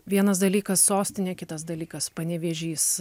vienas dalykas sostinė kitas dalykas panevėžys